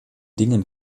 dingen